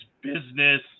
business